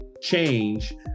change